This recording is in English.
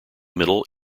middle